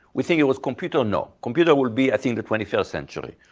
we think it was computer. no. computer would be i think the twenty first century.